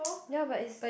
ya but is